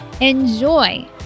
Enjoy